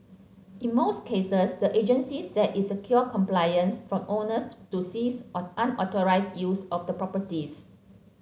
in most cases the agency said it secured compliance from owners to cease unauthorised use of the properties